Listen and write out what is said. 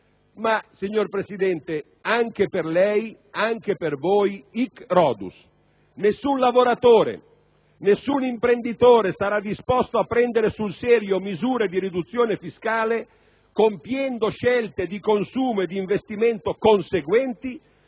Ma, signor Presidente, anche per lei, anche per voi *hic Rhodus*: nessun lavoratore, nessun imprenditore sarà disposto a prendere sul serio misure di riduzione fiscale, compiendo scelte di consumo ed investimento conseguenti,